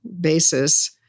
basis